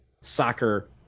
soccer